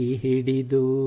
hididu